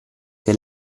che